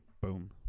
boom